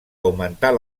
augmentar